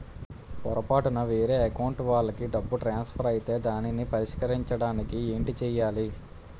పొరపాటున వేరే అకౌంట్ వాలికి డబ్బు ట్రాన్సఫర్ ఐతే దానిని పరిష్కరించడానికి ఏంటి చేయాలి?